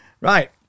Right